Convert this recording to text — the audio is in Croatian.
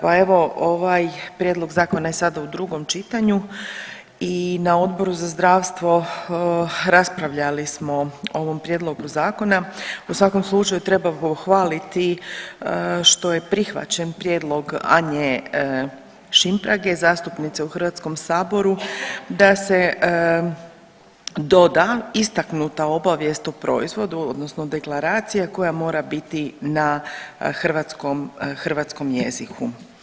Pa ovaj prijedlog zakona je sada u drugom čitanju i na Odboru za zdravstvo raspravljali smo o ovom prijedlogu zakona, u svakom slučaju treba pohvaliti što je prihvaćen prijedlog Anje Šimprage zastupnice u HS-u da se doda istaknuta obavijest o proizvodu odnosno deklaracija koja mora biti na hrvatskom jeziku.